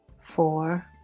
four